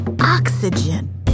oxygen